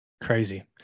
Crazy